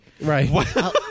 right